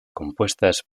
compuestas